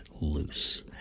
loose